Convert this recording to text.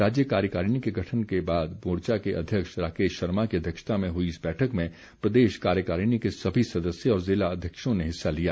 राज्य कार्यकारिणी के गठन के बाद मोर्चा के अध्यक्ष राकेश शर्मा की अध्यक्षता में हुई इस बैठक में प्रदेश कार्यकारिणी के सभी सदस्य और जिला अध्यक्षों ने हिस्सा लिया